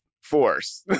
force